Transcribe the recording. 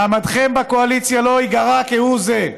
מעמדכם בקואליציה לא ייגרע כהוא זה.